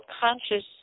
conscious